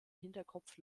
hinterkopf